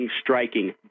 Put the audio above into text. striking